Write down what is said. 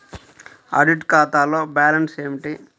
Audit ఖాతాలో balance ఏమిటీ?